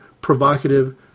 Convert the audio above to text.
provocative